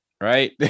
Right